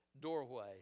doorway